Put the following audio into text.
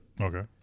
Okay